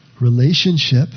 Relationship